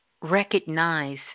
Recognize